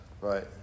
right